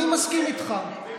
אני מסכים איתך,